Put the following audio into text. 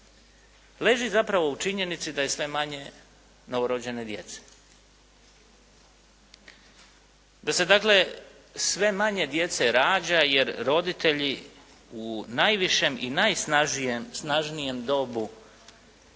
leži zapravo u činjenici da je sve manje novorođene djece. Da se dakle, sve manje djece rađa jer roditelji u najvišem i najsnažnijem dobu